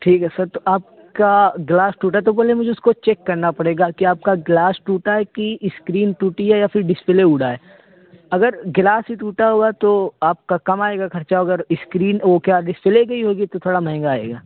ٹھیک ہے سر تو آپ کا گلاس ٹوٹا تو پہلے مجھے اس کو چیک کرنا پڑے گا کہ آپ کا گلاس ٹوٹا ہے کہ اسکرین ٹوٹی ہے یا پھر ڈسپلے اڑا ہے اگر گلاس ہی ٹوٹا ہوا ہے تو آپ کا کم آئے گا خرچہ اور اگر اسکرین وہ کیا ڈسپلے گئی ہوگی تو تھوڑا مہنگا آئے گا